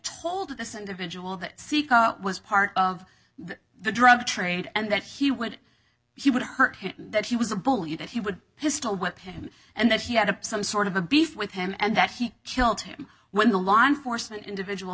told this individual that saeco was part of the drug trade and that he would she would hurt him that he was a bully that he would pistol with him and that she had a some sort of a beef with him and that he killed him when the law enforcement individual